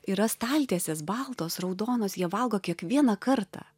yra staltiesės baltos raudonos jie valgo kiekvieną kartą